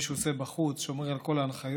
שמישהו עושה בחוץ ושומר על כל ההנחיות,